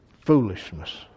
foolishness